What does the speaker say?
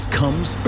comes